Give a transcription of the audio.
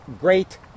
great